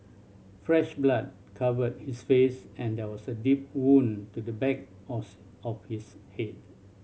fresh blood covered his face and there was a deep wound to the back of his head